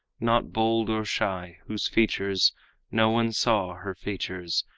not bold or shy, whose features no one saw her features,